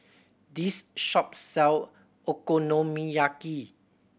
this shop sell Okonomiyaki